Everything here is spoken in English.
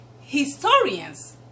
historians